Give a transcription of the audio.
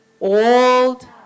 Old